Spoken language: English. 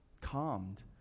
calmed